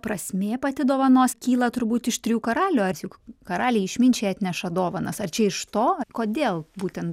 prasmė pati dovanos kyla turbūt iš trijų karalių ar juk karaliai išminčiai atneša dovanas ar čia iš to kodėl būtent